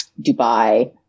Dubai